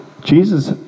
Jesus